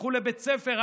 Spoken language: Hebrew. תלכו לבית הספר,